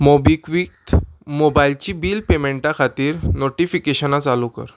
मोबिक्वीक मोबायलची बिल पेमेंटा खातीर नोटिफिकेशनां चालू कर